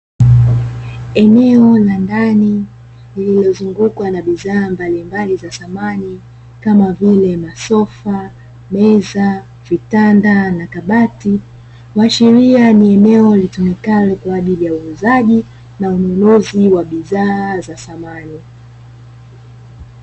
Eneo la ndani lililozungukwa na bidhaa mbalimbali za samani kama vile masofa, meza, vitanda na kabati hushiria ni eneo walitumika kwa ajili ya uuzaji na ununuzi wa bidhaa za samani.